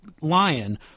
lion